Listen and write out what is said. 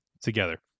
together